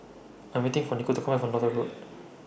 I Am waiting For Nico to Come Back from Northolt Road